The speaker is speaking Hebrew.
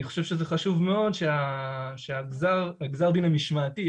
אני חושב שזה חשוב מאוד שגזר הדין המשמעתי,